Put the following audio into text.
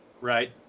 right